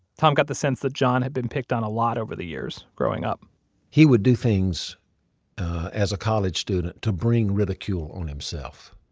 tom got the sense that john had been picked on a lot over the years, growing up he would do things as a college student to bring ridicule on himself.